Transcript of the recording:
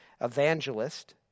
evangelist